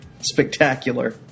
spectacular